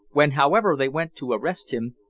when, however, they went to arrest him,